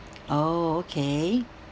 oh okay